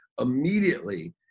immediately